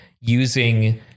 using